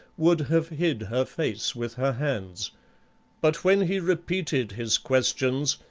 would have hid her face with her hands but when he repeated his questions,